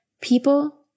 People